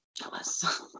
jealous